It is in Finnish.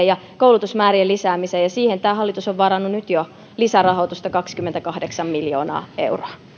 ja koulutusmäärien lisäämiseen ja siihen tämä hallitus on varannut nyt jo lisärahoitusta kaksikymmentäkahdeksan miljoonaa euroa